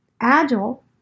Agile